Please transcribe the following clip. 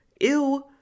Ew